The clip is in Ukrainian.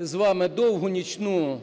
з вами довгу нічну